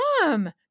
Mom